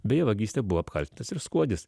beje vagyste buvo apkaltintas ir skuodis